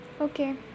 Okay